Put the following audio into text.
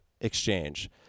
exchange